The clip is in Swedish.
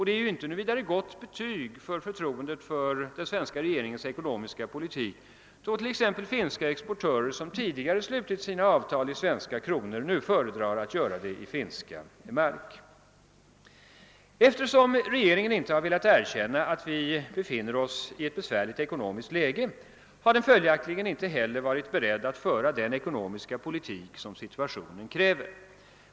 Det är inte något gott betyg på förtroendet för regeringens ekonomiska politik att finska exportörer, som tidigare slutit sina avtal i svenska kronor, nu föredrar att göra det i finska mark. Eftersom regeringen inte har velat erkänna att vi befinner oss i ett besvärligt ekonomiskt läge, har den följaktligen inte heller varit beredd att föra den ekonomiska politik som situationen kräver.